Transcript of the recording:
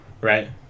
right